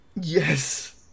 Yes